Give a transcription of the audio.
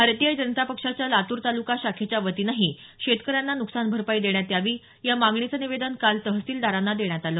भारतीय जनता पक्षाच्या लातूर तालुका शाखेच्या वतीनंही शेतकऱ्यांना नुकसान भरपाई देण्यात यावी या मागणीचं निवेदन तहसीलदारांना देण्यात आलं